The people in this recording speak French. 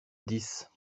dix